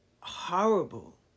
horrible